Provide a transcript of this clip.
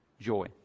joy